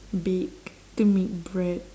bake to make bread